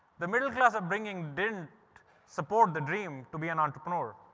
the middle class upbringing didn't support the dream to be an entrepreneur.